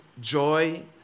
joy